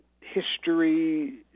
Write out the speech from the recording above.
history